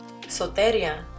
Soteria